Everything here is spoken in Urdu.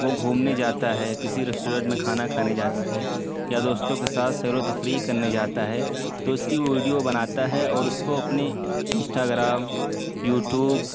وہ گھومنے جاتا ہے کسی ریسٹورنٹ میں کھانا کھانے جاتا ہے یا دوستوں کے ساتھ سیر و تفریح کرنے جاتا ہے تو اس کی ویڈیو بناتا ہے اور اس کو اپنی انسٹاگرام یو ٹوب